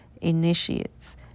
initiates